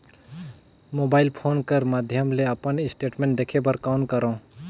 Mobile phone कर माध्यम ले अपन स्टेटमेंट देखे बर कौन करों?